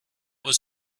was